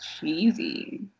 Cheesy